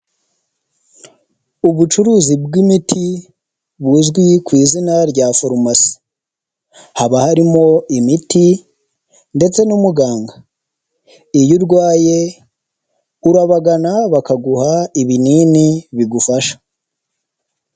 Ubucuruzi bw'imiti, buzwi ku izina rya pharmacy. Haba harimo imiti ndetse n'umuganga. Iyo urwaye urabagana bakaguha ibinini bigufasha.